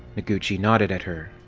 noguchi nodded at her.